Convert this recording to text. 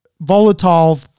volatile